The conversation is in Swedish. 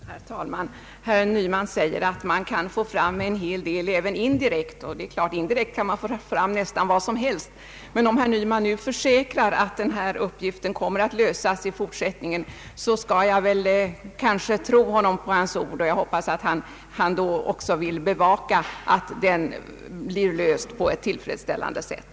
Herr talman! Herr Nyman säger att man kan få fram en hel del även indirekt. Det är klart att man indirekt kan få fram nästan vad som helst. Om herr Nyman nu förutsätter att denna uppgift kommer att lösas i fortsättningen, skall jag kanske tro honom på hans ord. Jag hoppas att han vill bevaka att den blir löst på ett tillfredsställande sätt.